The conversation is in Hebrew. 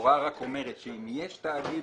ההוראה רק אומרת שאם יש תאגיד,